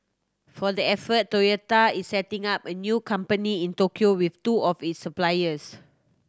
for the effort Toyota is setting up a new company in Tokyo with two of its suppliers